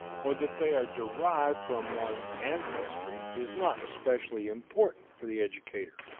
or that they are derived from one's ancestry, is not especially important for the educator,